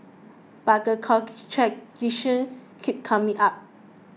but the keeps coming up